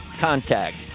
contact